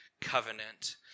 covenant